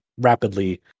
rapidly